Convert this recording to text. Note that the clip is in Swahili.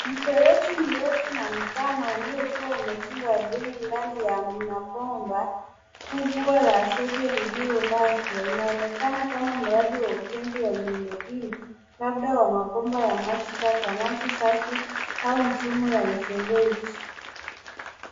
Mfereji mrefu na mpana uliokuwa umechimbwa ardhini ndani ya bomba kubwa la zege lililolazwa inaonekana kama mradi wa ujenzi wa miundombinu labda wa mabomba ya maji taka, maji safi au mifumo ya mfereji.